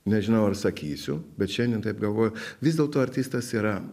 nežinau ar sakysiu bet šiandien taip galvoju vis dėlto artistas yra